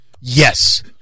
Yes